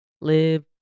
Live